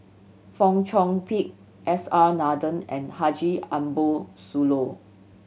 Fong Chong Pik S R Nathan and Haji Ambo Sooloh